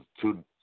two